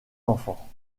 enfants